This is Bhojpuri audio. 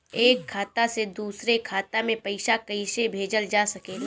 एक खाता से दूसरे खाता मे पइसा कईसे भेजल जा सकेला?